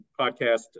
podcast